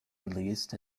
released